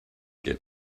gehen